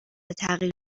تغییر